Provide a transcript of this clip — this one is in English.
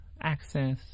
access